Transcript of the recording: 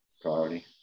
priority